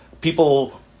people